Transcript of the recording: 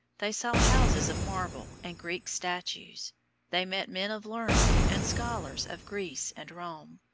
they saw houses of marble and greek statues they met men of learning and scholars of greece and rome.